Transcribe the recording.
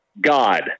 God